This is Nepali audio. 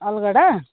अलगढा